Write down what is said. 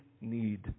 need